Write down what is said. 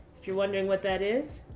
if you're wondering what that is,